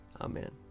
Amen